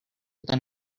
than